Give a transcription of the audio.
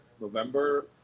November